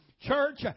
Church